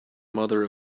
mother